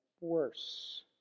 worse